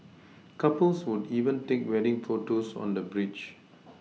couples would even take wedding photos on the bridge